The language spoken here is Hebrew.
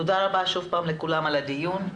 תודה רבה לכולם על הדיון.